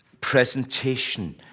presentation